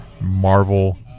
Marvel